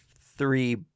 three